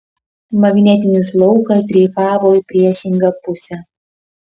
magnetinis laukas dreifavo į priešingą pusę